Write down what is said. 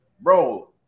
bro